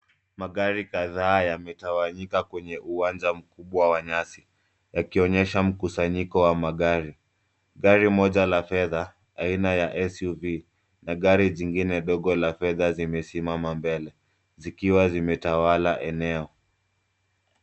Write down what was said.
Magari kadhaa yametawanyika kwenye uwanja mkubwa wa nyasi yakionyesha mkusanyiko wa magari. Gari moja la fedha aina ya SUV na gari jingine dogo la fedha zimesimama mbele zikiwa zimetawala eneo.